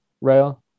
rail